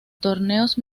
torneos